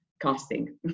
casting